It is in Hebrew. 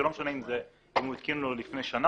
זה לא משנה אם הוא התקין לו לפני שנה,